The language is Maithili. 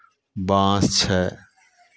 बाँस छै